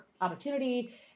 opportunity